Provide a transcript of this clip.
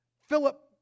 Philip